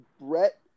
Brett